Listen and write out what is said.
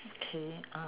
okay uh